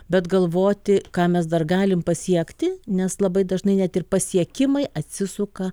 bet galvoti ką mes dar galim pasiekti nes labai dažnai net ir pasiekimai atsisuka